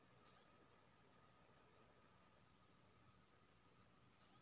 एहन सब्जी के बारे मे बताऊ जाहि सॅ कम लागत मे अधिक उपज होय?